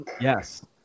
Yes